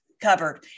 covered